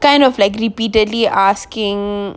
kind of repeatedly asking